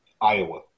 Iowa